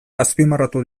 azpimarratu